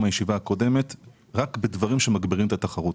הישיבה הקודמת - רק בדברים שמגבירים את התחרות,